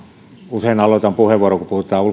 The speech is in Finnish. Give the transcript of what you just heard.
usein aloitan puheenvuoron